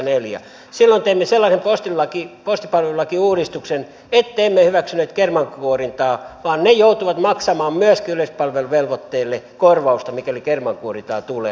silloin teimme sellaisen postipalvelulakiuudistuksen ettemme hyväksyneet kermankuorintaa vaan kermankuorijat joutuvat maksamaan myöskin yleispalveluvelvoitteille korvausta mikäli kermankuorintaa tulee